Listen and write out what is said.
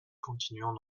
continuons